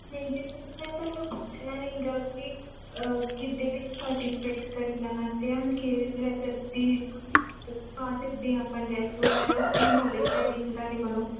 ਨਹੀਂ ਅਤੇ ਮੈਂ ਤੁਹਾਨੂੰ ਪੁੱਛਣਾ ਹੈਗਾ ਕਿ ਗਿੱਧੇ ਵਿੱਚ ਪਾਰਟੀਸਪੇਟ ਕਰਨ ਵਾਸਤੇ ਸਾਨੂੰ ਕਿਹੜੀ ਡਰੈੱਸ ਅੱਪ ਦੀ ਪਾ ਸਕਦੇ ਆਪਾਂ ਡਰੈੱਸ ਵਗੈਰਾ ਉਹਦੀ ਨੋਲੇਜ ਲੈਣੀ ਸੀ ਤੁਹਾਡੇ ਕੋਲੋਂ